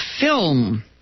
film